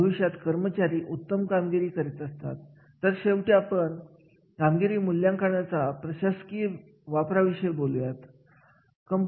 व्यक्तीच्या जबाबदारी देण्याच्या बाबतीत बोलायचे झाले तर अशी जबाबदारी म्हातारी जाऊ शकते यासाठी काही व्यवसाय खेळांचे नियोजन केले जाऊ शकते